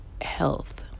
health